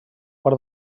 part